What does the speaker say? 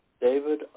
David